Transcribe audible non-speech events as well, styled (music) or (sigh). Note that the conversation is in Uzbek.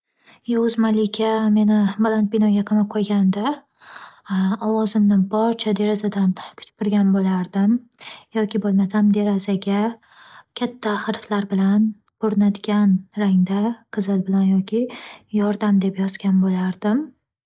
Yovuz malika meni baland binoga qamab qo'yganida, (hesitation) ovozimni boricha derazadan qichqirgan bo'lardim yoki bo'lmasam derazaga katta hardlar bilan ko'rinadigan rangda qizil bilan yoki yordam deb yozgan bo'lardim.